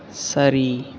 சரி